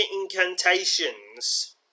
incantations